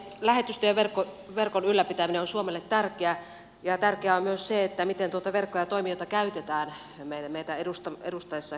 lähetystöjen verkon ylläpitäminen on suomelle tärkeää ja tärkeää on myös se miten tuota verkkoa ja toimijoita käytetään hyväksi niiden edustaessa meitä